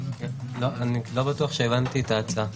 לא בטוח שהבנתי את ההצעה.